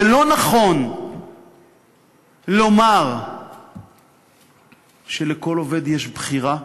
ולא נכון לומר שלכל עובד יש בחירה,